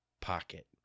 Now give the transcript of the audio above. pocket